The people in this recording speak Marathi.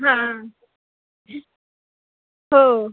हां हो